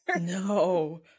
no